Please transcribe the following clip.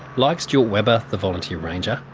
like stuart webber the volunteer ranger,